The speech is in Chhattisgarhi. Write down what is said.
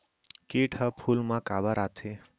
किट ह फूल मा काबर आथे?